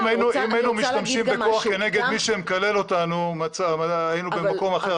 אם היינו משתמשים בכוח כנגד מי שמקלל אותנו היינו במקום אחר.